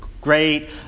great